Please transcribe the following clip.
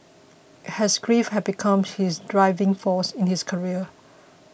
his grief had become his driving force in his career